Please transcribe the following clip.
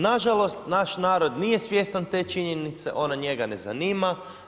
Nažalost naš narod nije svjestan te činjenice, ona njega ne zanima.